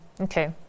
Okay